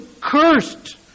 cursed